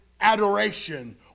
adoration